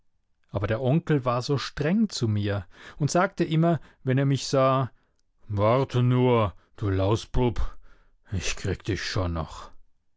aber der onkel war so streng zu mir und sagte immer wenn er mich sah warte nur du lausbub ich krieg dich schon noch